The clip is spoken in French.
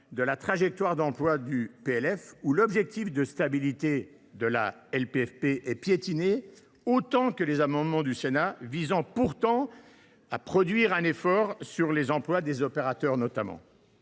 de la trajectoire d’emplois du PLF, où l’objectif de stabilité de la LPFP est piétiné, autant que les amendements du Sénat qui visaient pourtant à produire un effort sur les emplois des opérateurs. Enfin, et